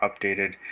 updated